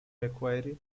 macquarie